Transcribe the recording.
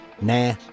Nah